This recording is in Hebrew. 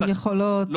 יכולות,